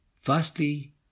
firstly